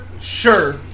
sure